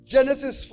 Genesis